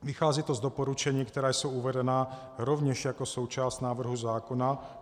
Vychází to z doporučení, která jsou uvedena rovněž jako součást návrhu zákona.